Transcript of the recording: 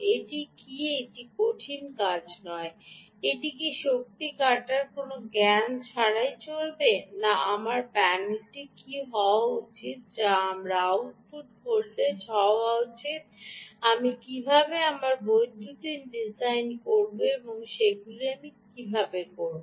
এটি কি একটি কঠিন কাজ নয় এটি কি শক্তি কাটার কোনও জ্ঞান ছাড়াই চলবে না আমার প্যানেলটি কী হওয়া উচিত যা আমার আউটপুট ভোল্টেজ হওয়া উচিত আমি কীভাবে আমার বৈদ্যুতিন ডিজাইন করব এবং সেগুলি আমি কী করব